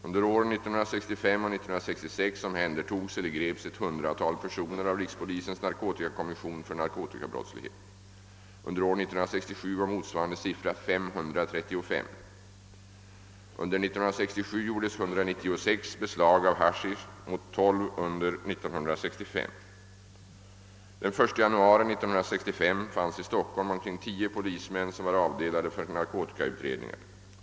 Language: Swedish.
Under åren 1965 och 1966 omhändertogs eller greps ett 100-tal personer av rikspolisens narkotikakommission för mnarkotikabrottslighet. Under år 1967 var motsvarande siffra 535. Under 1967 gjordes 196 beslag av haschisch mot 12 under år 1965. Den 1 januari 1965 fanns i Stockholm omkring 10 polismän som var avdelade för narkotikautredningar.